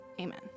amen